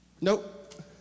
nope